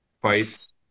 fights